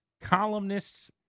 columnists